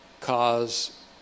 cause